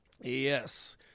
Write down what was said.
Yes